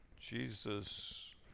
Jesus